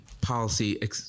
policy